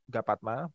Gapatma